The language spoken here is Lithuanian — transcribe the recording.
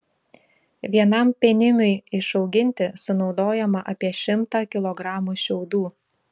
vienam penimiui išauginti sunaudojama apie šimtą kilogramų šiaudų